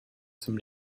zum